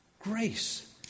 grace